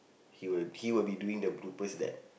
he will he will be doing the bloopers that